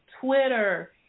Twitter